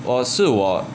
我是我